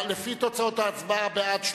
לפי תוצאות ההצבעה: בעד,